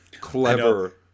clever